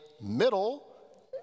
middle